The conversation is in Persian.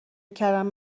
کردند